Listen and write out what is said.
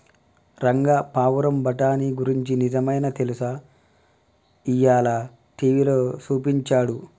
రంగా పావురం బఠానీ గురించి నిజమైనా తెలుసా, ఇయ్యాల టీవీలో సూపించాడు